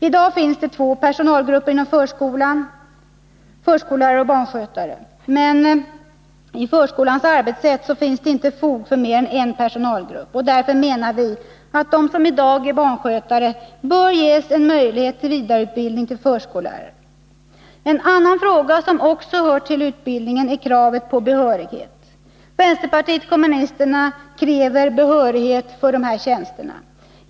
I dag finns det två personalgrupper inom förskolan, förskollärare och barnskötare. Men med förskolans arbetssätt finns det inte fog för mer än en personalgrupp. Därför anser vi att de som i dag är barnskötare bör ges möjlighet till vidareutbildning till förskollärare. En annan fråga, som också hör till utbildningen, är kravet på behörighet. Vänsterpartiet kommunisterna kräver behörighet för dessa tjänster.